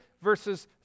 verses